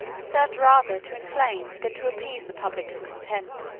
served rather to inflame than to appease the public discontent